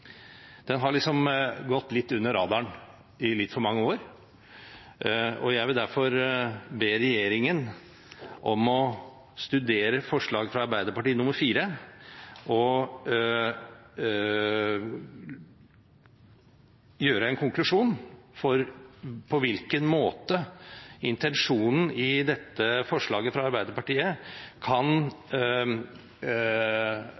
Den har gått litt under radaren i litt for mange år. Jeg vil derfor be regjeringen om å studere forslag nr. 4, fra Arbeiderpartiet, og gjøre en konklusjon om hvordan intensjonen i dette forslaget fra Arbeiderpartiet kan